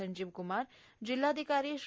संजीव क्रमार जिल्हाधिकारी श्री